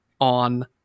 on